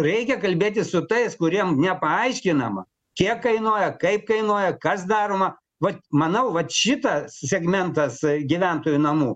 reikia kalbėtis su tais kuriem nepaaiškinama kiek kainuoja kaip kainuoja kas daroma vat manau vat šitą segmentas gyventojų namų